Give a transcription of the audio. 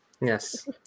Yes